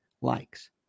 likes